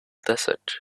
desert